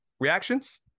reactions